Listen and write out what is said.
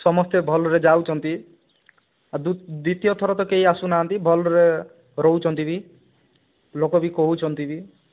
ସମସ୍ତେ ଭଲରେ ଯାଉଛନ୍ତି ଦ୍ୱିତୀୟ ଥର ତ କେହି ଆସୁନାହାନ୍ତି ଭଲରେ ରହୁଛନ୍ତି ବି ଲୋକ ବି କହୁଛନ୍ତି ବି